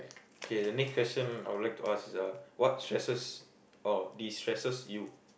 okay the next question I would like to ask is uh what stresses or destresses you